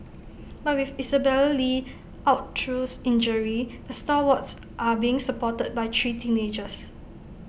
but with Isabelle li out through injury the stalwarts are being supported by three teenagers